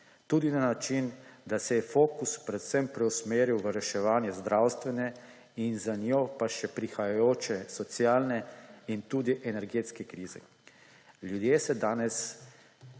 tudi na način, da se je fokus preusmeril predvsem v reševanje zdravstvene in za njo še prihajajo socialne in tudi energetske krize. Ljudje se danes